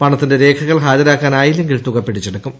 പണത്തിന്റെ രേഖകൾ ഹാജരാക്കാനായില്ലെങ്കിൽ തുക പിടിച്ചെടുക്കും